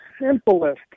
simplest